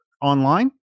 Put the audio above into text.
online